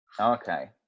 Okay